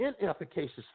inefficacious